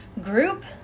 group